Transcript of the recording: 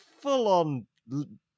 full-on